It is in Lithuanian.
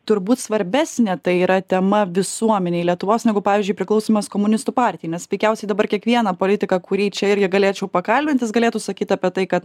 turbūt svarbesnė tai yra tema visuomenei lietuvos negu pavyzdžiui priklausymas komunistų partijai nes veikiausiai dabar kiekvieną politiką kurį čia irgi galėčiau pakalbint jis galėtų sakyt apie tai kad